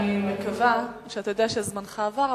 אני מקווה שאתה יודע שזמנך עבר,